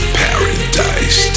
paradise